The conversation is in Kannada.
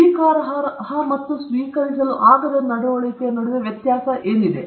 ಸ್ವೀಕಾರಾರ್ಹ ಮತ್ತು ಸ್ವೀಕರಿಸಲಾಗದ ನಡವಳಿಕೆಯ ನಡುವೆ ವ್ಯತ್ಯಾಸ ಹೇಗೆ